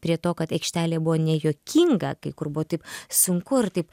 prie to kad aikštelėj buvo nejuokinga kai kur buvo taip sunku ir taip